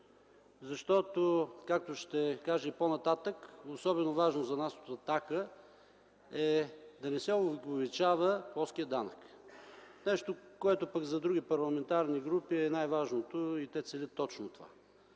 Защото, както ще кажа и по-нататък, особено важно за нас от „Атака” е да не се увеличава плоският данък. Нещо, което пък за други парламентарни групи е най-важното и те целят точно това.